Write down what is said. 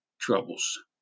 troubles